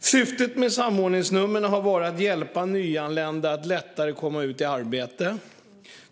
Syftet med samordningsnumren har varit att hjälpa nyanlända att lättare komma ut i arbete.